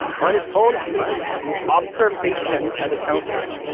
on his own um so observations as a counselor,